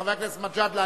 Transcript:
חבר הכנסת מג'אדלה,